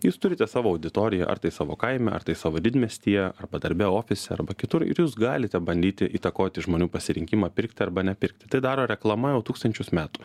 jūs turite savo auditoriją ar tai savo kaime ar tai savo didmiestyje arba darbe ofise arba kitur ir jūs galite bandyti įtakoti žmonių pasirinkimą pirkti arba nepirkti tai daro reklama jau tūkstančius metų